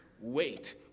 wait